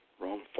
Rome